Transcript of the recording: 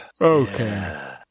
Okay